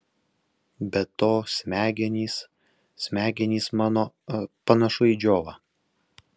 be to smegenys smegenys mano panašu į džiovą